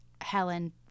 helen